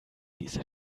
diese